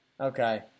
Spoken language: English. Okay